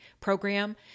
program